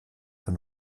von